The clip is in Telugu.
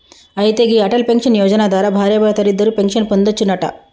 అయితే గీ అటల్ పెన్షన్ యోజన ద్వారా భార్యాభర్తలిద్దరూ పెన్షన్ పొందొచ్చునంట